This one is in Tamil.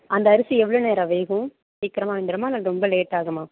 அந்த அரிசி எவ்வளோ நேரம் வேகும் சீக்கிரமாக வெந்துருமா இல்லை ரொம்ப லேட்டாகுமா